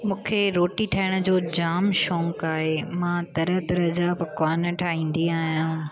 मूंखे रोटी ठाहिण जो जाम शौक़ु आहे मां तरह तरह जा पकवान ठाहींदी आहियां